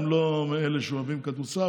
הם לא מאלה שאוהבים כדורסל,